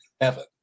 heaven